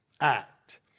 act